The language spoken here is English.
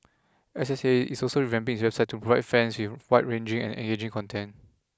S S A is also revamping its website to provide fans with wide ranging and engaging content